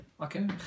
Okay